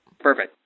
Perfect